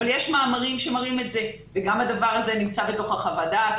אבל יש מאמרים שמראים את זה וגם הדבר הזה נמצא בחוות הדעת,